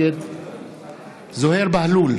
נגד זוהיר בהלול,